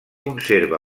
conserva